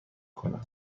کنم